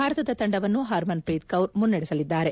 ಭಾರತದ ತಂಡವನ್ನು Harmanpreet Kaur ಮುನ್ನಡೆಸಲಿದ್ದಾರೆ